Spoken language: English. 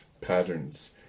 patterns